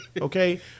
Okay